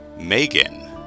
Megan